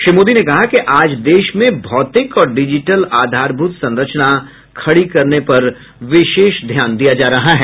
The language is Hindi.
श्री मोदी ने कहा कि आज देश में भौतिक और डिजिटल आधारभूत संरचना खड़ी करने पर विशेष ध्यान दिया जा रहा है